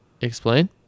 Explain